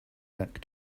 back